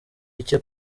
icye